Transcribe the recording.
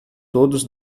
todos